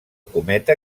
cometa